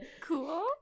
Cool